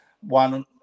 one